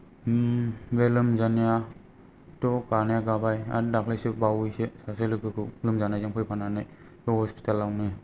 बे लोमजानायाथ' गानाया गाबाय आरो दाख्लैसो बावैसो सासे लोगोखौ लोमजानायजों फैफानानै बे हस्पितालावनो